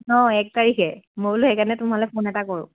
অঁ এক তাৰিখে মই বোলো সেইকাৰণে তোমালৈ ফোন এটা কৰোঁ